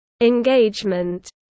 Engagement